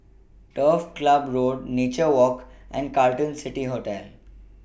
Turf Ciub Road Nature Walk and Carlton City Hotel